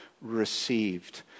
received